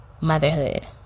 motherhood